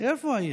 איפה היית?